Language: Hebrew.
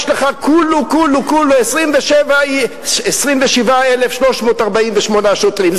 יש לך כולו-כולו-כולו 27,348 שוטרים.